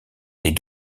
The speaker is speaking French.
les